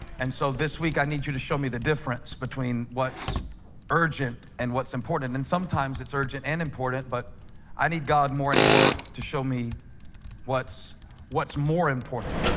and so this week, i need you to show me the difference between what's urgent and what's important and sometimes? it's urgent and important, but i need god more and more to show me what's what's more important?